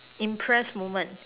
impressed moment